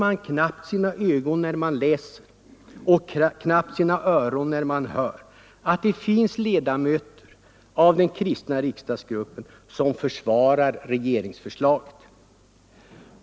Man tror knappt sina ögon när man läser och knappt sina öron när man hör att det finns ledamöter i den kristna riksdagsgruppen som försvarar regeringsförslaget.